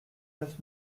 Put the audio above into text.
neuf